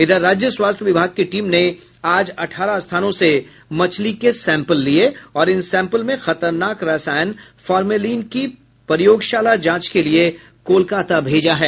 इधर राज्य स्वास्थ्य विभाग की टीम ने आज अठारह स्थानों से मछली के सैम्पल लिये और इन सैम्पल में खतरनाक रसायन फार्मलिन की प्रयोगशाला जांच के लिए कोलकाता भेजा है